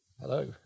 Hello